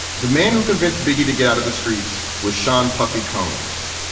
the man who convinced biggie to get out of the streets was sean puffy combs,